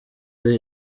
ari